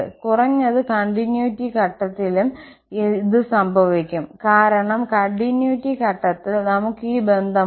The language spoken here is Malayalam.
കുറഞ്ഞത് കണ്ടിന്യൂയിറ്റി ഘട്ടത്തിലും ഇത് സംഭവിക്കും കാരണം കണ്ടിന്യൂയിറ്റി ഘട്ടത്തിൽ നമുക്ക് ഈ ബന്ധം ഉണ്ട്